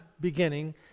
beginning